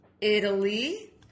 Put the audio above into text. Italy